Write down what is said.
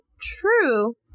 true